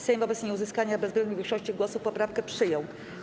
Sejm wobec nieuzyskania bezwzględnej większości głosów poprawkę przyjął.